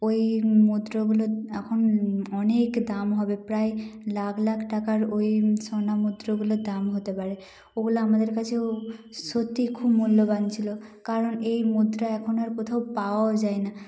ওই মুদ্রগুলো এখন অনেক দাম হবে প্রায় লাখ লাখ টাকার ওই সোনা মুদ্রগুলো দাম হতে পারে ওগুলো আমাদের কাছেও সত্যিই খুব মূল্যবান ছিলো কারণ এই মুদ্রা এখন আর কোথাও পাওয়াও যায় না